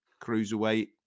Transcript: cruiserweight